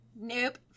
Nope